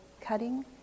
cutting